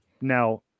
now